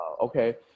okay